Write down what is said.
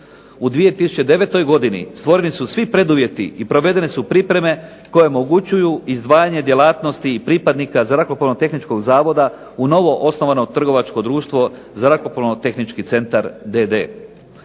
U 2009. godini stvoreni su svi preduvjeti i provedene su pripreme koje omogućuju izdvajanje djelatnosti i pripadnika Zrakoplovno-tehničkog zavoda u novo osnovano Trgovačko društvo Zrakoplovno-tehnički centar d.d.